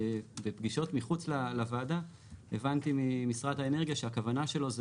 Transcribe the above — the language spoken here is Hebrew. בפגישות מחוץ לוועדה הבנתי ממשרד האנרגיה שהכוונה שלו זה